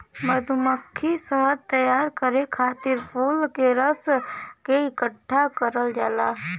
मधुमक्खी शहद तैयार करे खातिर फूल के रस के इकठ्ठा करल जाला